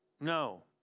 No